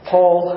Paul